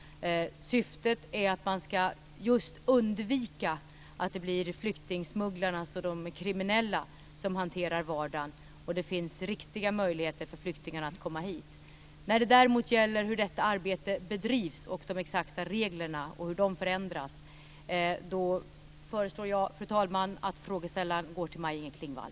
Syftet är att man ska just undvika att det blir flyktingsmugglarna och de kriminella som hanterar detta, så att det finns riktiga möjligheter för flyktingarna att komma hit. När det däremot gäller hur detta arbete bedrivs, de exakta reglerna och hur de förändras föreslår jag, fru talman, att frågeställaren går till Maj-Inger Klingvall.